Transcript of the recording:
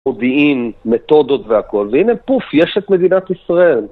מודיעין, מתודות והכל, והנה פוף, יש את מדינת ישראל.